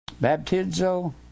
baptizo